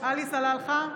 עלי סלאלחה,